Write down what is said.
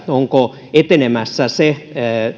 onko etenemässä se